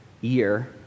year